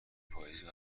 پاییزی